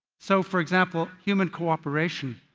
so, for example, human cooperation,